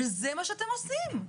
זה מה שאתם עושים.